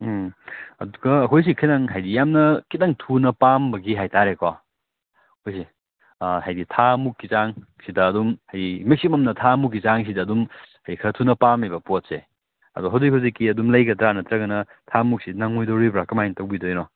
ꯎꯝ ꯑꯗꯨꯒ ꯑꯩꯈꯣꯏꯁꯤ ꯈꯤꯇꯪ ꯍꯥꯏꯗꯤ ꯌꯥꯝꯅ ꯈꯤꯇꯪ ꯊꯨꯅ ꯄꯥꯝꯕꯒꯤ ꯍꯥꯏ ꯇꯥꯔꯦꯀꯣ ꯑꯩꯈꯣꯏꯁꯦ ꯍꯥꯏꯗꯤ ꯊꯥ ꯃꯨꯛꯀꯤ ꯆꯥꯡꯁꯤꯗ ꯑꯗꯨꯝ ꯍꯥꯏ ꯃꯦꯛꯁꯤꯃꯝꯗ ꯊꯥꯃꯨꯛꯀꯤ ꯆꯥꯡꯁꯤꯗ ꯑꯗꯨꯝ ꯑꯩ ꯈꯔ ꯊꯨꯅ ꯄꯥꯝꯃꯦꯕ ꯄꯣꯠꯁꯦ ꯑꯗꯣ ꯍꯧꯖꯤꯛ ꯍꯧꯖꯤꯛꯀꯤ ꯑꯗꯨꯝ ꯂꯩꯒꯗ꯭ꯔꯥ ꯅꯠꯇ꯭ꯔꯒꯅ ꯊꯥ ꯃꯨꯛꯁꯦ ꯅꯪꯉꯣꯏꯗꯣꯔꯤꯕ꯭ꯔꯥ ꯀꯃꯥꯏ ꯇꯧꯕꯤꯗꯣꯏꯅꯣ